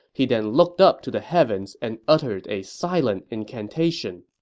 he then looked up to the heavens and uttered a silent incantation.